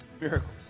miracles